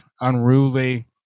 unruly